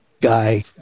guy